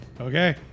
Okay